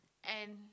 and